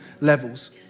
levels